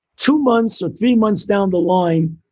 two months or three months down the line,